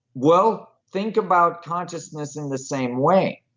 well, think about consciousness in the same way.